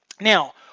now